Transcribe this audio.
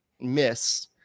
miss